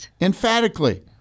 emphatically